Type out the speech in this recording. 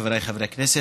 חבריי חברי הכנסת,